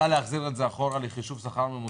את רוצה להחזיר את זה אחורה לחישוב שכר ממוצע?